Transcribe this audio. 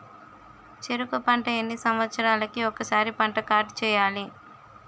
చెరుకు పంట ఎన్ని సంవత్సరాలకి ఒక్కసారి పంట కార్డ్ చెయ్యాలి?